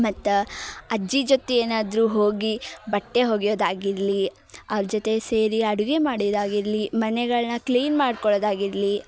ಮತ್ತು ಅಜ್ಜಿ ಜೊತೆ ಏನಾದರು ಹೋಗಿ ಬಟ್ಟೆ ಒಗೆಯೋದಾಗಿರಲಿ ಅವರ ಜೊತೆ ಸೇರಿ ಅಡುಗೆ ಮಾಡೋದಾಗಿರಲಿ ಮನೆಗಳನ್ನ ಕ್ಲೀನ್ ಮಾಡ್ಕೊಳ್ಳೋದಾಗಿರಲಿ